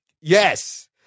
Yes